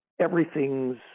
everything's